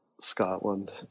Scotland